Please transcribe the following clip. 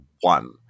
one